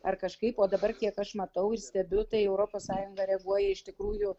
ar kažkaip o dabar kiek aš matau ir stebiu tai europos sąjunga reaguoja iš tikrųjų